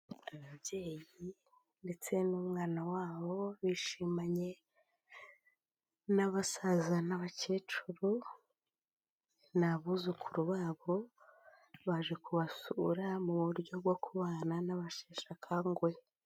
Ababyeyi ndetse n'umwana wabo bishimanye n'abasaza n'abakecuru, ni abuzukuru babo baje kubasura mu buryo bwo kubana n'abasheshe akanguhe.